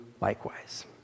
likewise